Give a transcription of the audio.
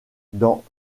dans